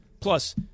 Plus